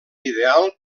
ideal